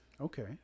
Okay